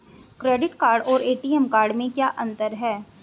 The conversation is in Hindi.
क्रेडिट कार्ड और ए.टी.एम कार्ड में क्या अंतर है?